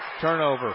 Turnover